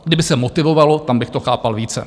Kdyby se motivovalo, tam bych to chápal více.